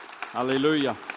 Hallelujah